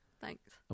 Thanks